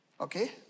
okay